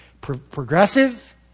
Progressive